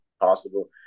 possible